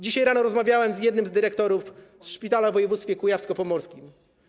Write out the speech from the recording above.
Dzisiaj rano rozmawiałem z jednym z dyrektorów szpitala w województwie kujawsko-pomorskim.